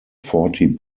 forty